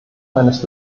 meines